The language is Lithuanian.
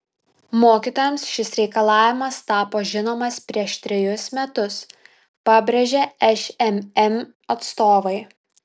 mokytojams šis reikalavimas tapo žinomas prieš trejus metus pabrėžė šmm atstovai